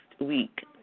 week